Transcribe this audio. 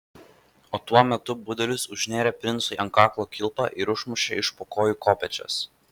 o tuo metu budelis užnėrė princui ant kaklo kilpą ir išmušė iš po kojų kopėčias